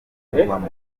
kunyurwamo